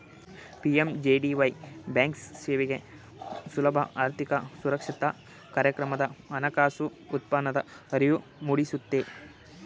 PMJDY ಬ್ಯಾಂಕ್ಸೇವೆಗೆ ಸುಲಭ ಆರ್ಥಿಕ ಸಾಕ್ಷರತಾ ಕಾರ್ಯಕ್ರಮದ ಹಣಕಾಸು ಉತ್ಪನ್ನದ ಅರಿವು ಮೂಡಿಸುತ್ತೆ